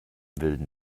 wilden